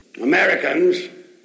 Americans